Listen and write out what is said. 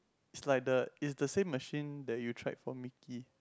it's like the it's the same machine that you tried for Mickey